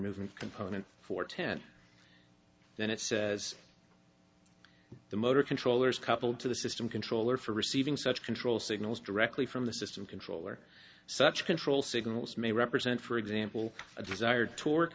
movement component for ten then it says the motor controller is coupled to the system controller for receiving such control signals directly from the system controller such control signals may represent for example a desired to